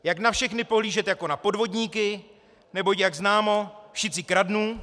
Jak na všechny pohlížet jako na podvodníky, neboť jak známo, všici kradnú.